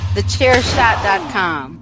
TheChairShot.com